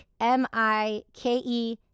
M-I-K-E